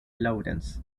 lawrence